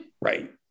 Right